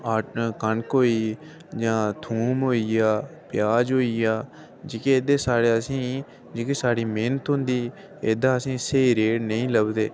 कनक होई गेई थूम होई गेआ प्याज होई गेआ जेह्के ऐह्दे सारे असें गी जेह्की साढ़ी मेहंनत होंदी ऐह्दा असेंगी स्हेई रेट नेई लभदे